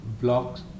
blocks